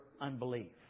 unbelief